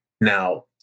Now